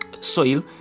soil